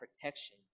protection